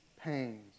pains